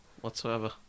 whatsoever